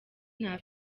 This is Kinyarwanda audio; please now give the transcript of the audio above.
nta